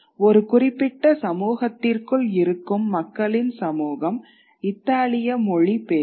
ஒரு குறிப்பிட்ட சமூகத்திற்குள் இருக்கும் மக்களின் சமூகம் இத்தாலிய மொழி பேசும்